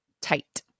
tight